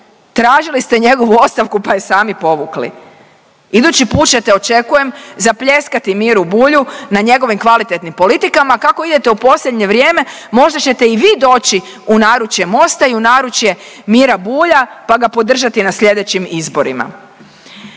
Tražili ste njegovu ostavku, pa je sami povukli. Idući put ćete očekujem zapljeskati Miru Bulju na njegovim kvalitetnim politikama. Kako idete u posljednje vrijeme možda ćete i vi doći u naručje MOST-a i u naručje Mira Bulja, pa ga podržati na sljedećim izborima.